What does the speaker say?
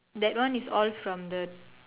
that one is all from the